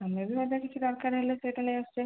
ଆମେ ବି ମଧ୍ୟ କିଛି ଦରକାର ହେଲେ ସେଇଟା ନେଇ ଆସୁଛେ